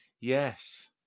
yes